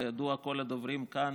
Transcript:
כידוע, כל הדוברים כאן